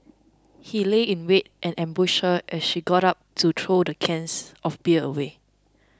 he lay in wait and ambushed her as she got up to throw the cans of beer away